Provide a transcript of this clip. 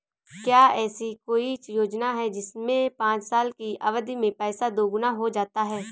क्या ऐसी कोई योजना है जिसमें पाँच साल की अवधि में पैसा दोगुना हो जाता है?